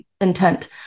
intent